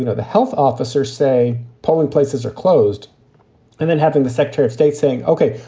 you know the health officers say polling places are closed and then having the secretary of state saying, ok,